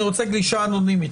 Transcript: אני רוצה גלישה אנונימית,